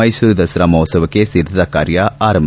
ಮೈಸೂರು ದಸರಾ ಮಹೋತ್ಸವಕ್ಕೆ ಸಿದ್ದತಾ ಕಾರ್ಯ ಆರಂಭ